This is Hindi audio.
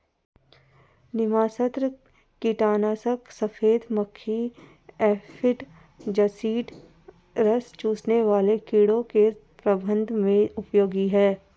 नीमास्त्र कीटनाशक सफेद मक्खी एफिड जसीड रस चूसने वाले कीड़ों के प्रबंधन में उपयोगी है